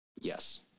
Yes